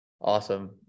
Awesome